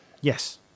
Yes